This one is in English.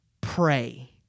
pray